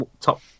top